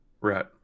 Right